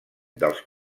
dels